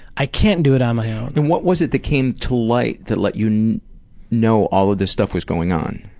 i can't do it on my own. and what was it that came to light that let you know all of this stuff was going on?